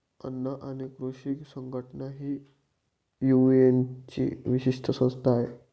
अन्न आणि कृषी संघटना ही युएनची विशेष संस्था आहे